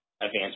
advanced